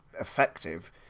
effective